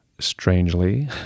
strangely